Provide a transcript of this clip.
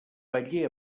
paller